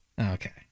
Okay